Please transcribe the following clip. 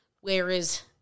Whereas